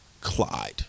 Clyde